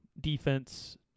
defense